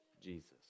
Jesus